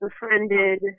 befriended